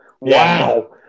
Wow